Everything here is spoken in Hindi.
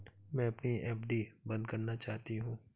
मैं अपनी एफ.डी बंद करना चाहती हूँ